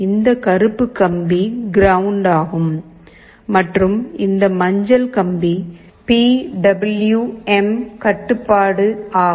இந்த கருப்பு கம்பி கிரவுண்ட் ஆகும் மற்றும் இந்த மஞ்சள் கம்பி பி டபிள்யூ எம் கட்டுப்பாடு ஆகும்